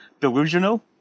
delusional